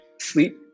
sleep